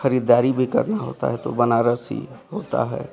खरीददारी भी करना होता है तो बनारस ही होता है